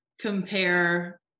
compare